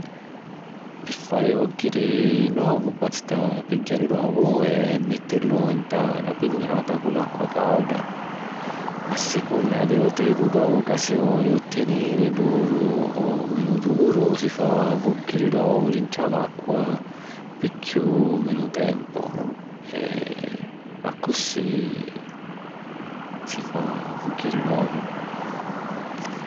Pi fari vùgghiri 'n ovu basta pigghiari l'ovu e mittìrilu nta na pignata cu acqua càuda. A sicunna di lu tipu d'ovu ca si voli ottiniri, duru o menu duru, si fa vùgghiri l'ovu dintra l'acqua pi chiù o menu tempu. e accussì si fa vùgghiri l'ovu.